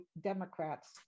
Democrats